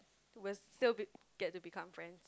we'll still be get to become friend